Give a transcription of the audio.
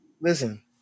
Listen